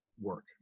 work